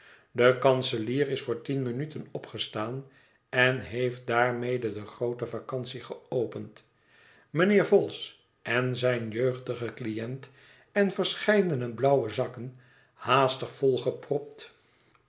de kanselier is voor tien minuten opgestaan en heeft daarmede de groote vacantie geopend mijnheer vholes en zijn jeugdige cliënt en verscheidene blauwe zakken haastig volgepropt